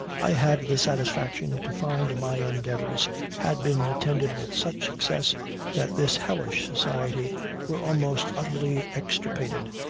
i had the satisfaction to find my endeavors had been attended with such success that this hellish society were almost utterly extirpated,